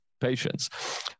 patients